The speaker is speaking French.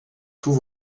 tout